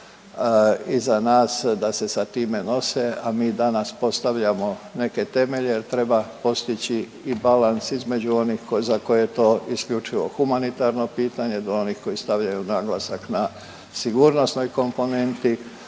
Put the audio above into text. iza nas da se sa time nose, a mi danas postavljamo neke temelje jer treba postići i balans između onih za koje je to isključivo humanitarno pitanje do onih koji stavljaju naglasak na sigurnosnoj komponenti,